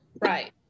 Right